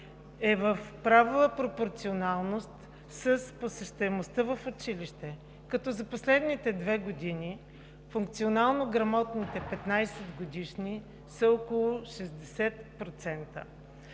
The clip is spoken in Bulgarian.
е в права пропорционалност с посещаемостта в училище, като за последните две години функционално грамотните – 15-годишни, са около 60%,